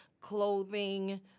clothing